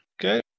Okay